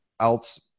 else